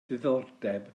ddiddordeb